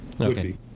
Okay